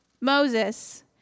Moses